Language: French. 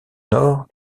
nord